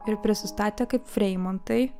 ir prisistatė kaip freimontai